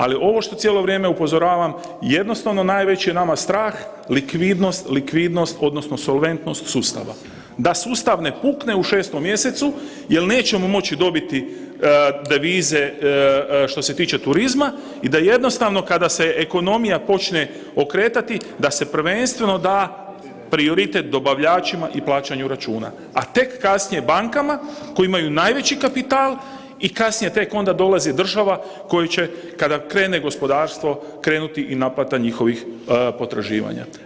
Ali ovo što cijelo vrijeme upozoravam, jednostavno najveći je nama strah likvidnost, likvidnost odnosno solventnost sustava, da sustav ne pukne u 6.mjesecu jel nećemo moći dobiti devize što se tiče turizma i da jednostavno kada se ekonomija počne okretati da se prvenstveno da prioritet dobavljačima i plaćanju računa, a tek kasnije bankama koje imaju najveći kapital i kasnije tek onda dolazi država koju će kada krene gospodarstvo krenuti i naplata njihovih potraživanja.